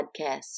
podcast